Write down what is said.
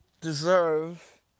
deserve